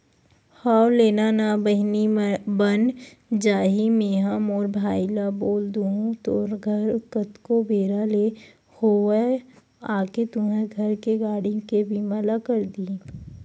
हव लेना ना बहिनी बन जाही मेंहा मोर भाई ल बोल दुहूँ तोर घर कतको बेरा ले होवय आके तुंहर घर के गाड़ी के बीमा ल कर दिही